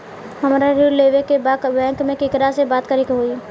हमरा ऋण लेवे के बा बैंक में केकरा से बात करे के होई?